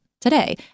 Today